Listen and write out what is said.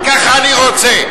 ככה אני רוצה.